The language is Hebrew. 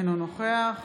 אינו נוכח